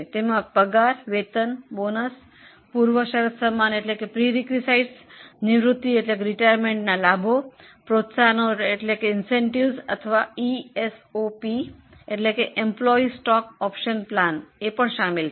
તેમાં પગાર મજુરી બોનસ વિશેષ ભથ્થા નિવૃત્તિ લાભ પ્રોત્સાહનો અથવા ઇએસઓપી શામેલ છે